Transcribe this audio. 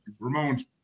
Ramones